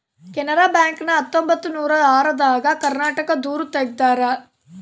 Canara bank ನ ಹತ್ತೊಂಬತ್ತನೂರ ಆರ ದಾಗ ಕರ್ನಾಟಕ ದೂರು ತೆಗ್ದಾರ